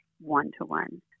one-to-one